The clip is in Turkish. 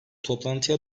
toplantıya